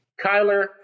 Kyler